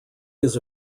his